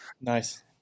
nice